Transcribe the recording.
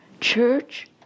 Church